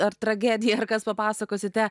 ar tragedija ar kas papasakosite